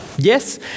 Yes